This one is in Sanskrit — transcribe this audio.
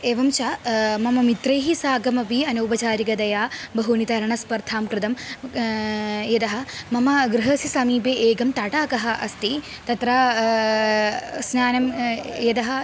एवं च मम मित्रैः साकमपि अनौपचारिकतया बहूनि तरणस्पर्धा कृता यतः मम गृहस्य समीपे एकं तटाकः अस्ति तत्र स्नानं यतः